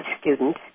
student